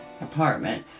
apartment